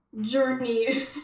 journey